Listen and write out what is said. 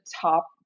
top